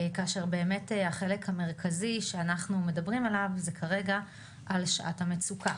כאשר באמת החלק המרכזי שאנחנו מדברים עליו זה כרגע על שעת המצוקה,